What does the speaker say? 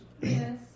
Yes